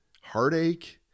heartache